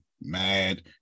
mad